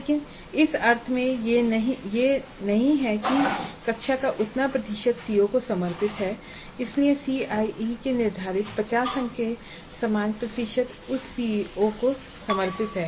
लेकिन यह इस अर्थ ये नहीं है कि कक्षा का इतना प्रतिशत सीओ को समर्पित है इसलिए सीआईई के निर्धारित 50 अंक के समान प्रतिशत उस सीओ को समर्पित है